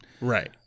Right